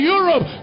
Europe